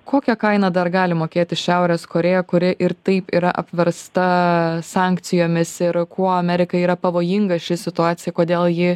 kokią kainą dar gali mokėti šiaurės korėja kuri ir taip yra apversta sankcijomis ir kuo amerikai yra pavojinga ši situacija kodėl ji